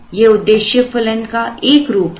ये उद्देश्य फलन का एक रूप है